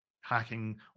hacking